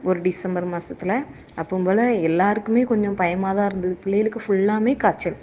ஒரு டிசம்பர் மாசத்தில் அப்போம் போல் எல்லோருக்குமே கொஞ்சம் பயமாக தான் இருந்துது புள்ளைகளுக்கு ஃபுல்லா காய்ச்சல்